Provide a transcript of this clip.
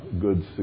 good